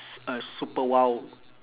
s~ a super !wow!